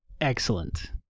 Excellent